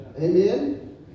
Amen